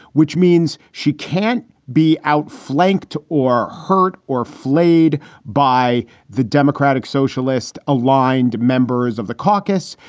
which means she can't be outflanked or hurt or flayed by the democratic socialist aligned members of the caucus.